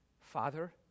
Father